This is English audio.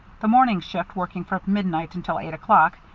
the morning shift working from midnight until eight o'clock,